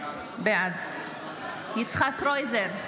בעד יצחק קרויזר,